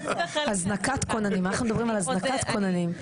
אני אתקן --- אנחנו מדברים על הזנקת כוננים.